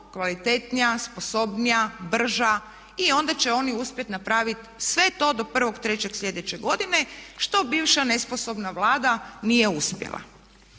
kvalitetnija, sposobnija, brža i onda će oni uspjet napraviti sve to do 1.3. sljedeće godine što bivša nesposobna Vlada nije uspjela.